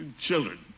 Children